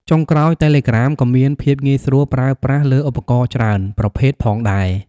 ចុងក្រោយ តេឡេក្រាមក៏មាន ភាពងាយស្រួលប្រើប្រាស់លើឧបករណ៍ច្រើន ប្រភេទផងដែរ។